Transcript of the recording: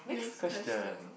next question